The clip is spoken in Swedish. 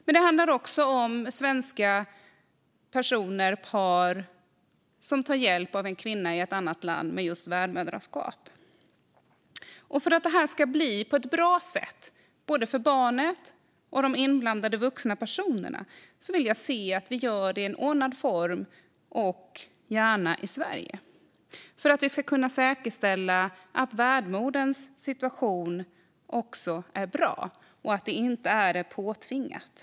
Men det handlar också om svenska personer och par som tar hjälp av en kvinna i ett annat land med just värdmödraskap. För att det här ska bli bra både för barnet och för de inblandade vuxna personerna vill jag se att vi gör det under ordnade former, gärna i Sverige, så att vi kan säkerställa att värdmoderns situation är bra och att det hela inte är någonting påtvingat.